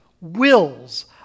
wills